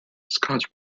scotch